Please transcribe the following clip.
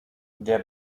der